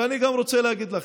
ואני גם רוצה להגיד לכם,